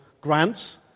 grants